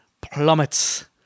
plummets